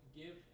give